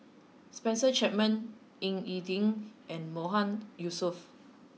Spencer Chapman Ying E Ding and Mahmood Yusof